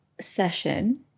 session